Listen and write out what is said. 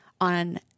on